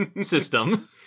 system